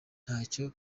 ntacyo